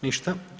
Ništa.